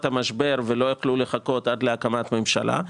המשבר ולא יכלו לחכות עד להקמת ממשלה.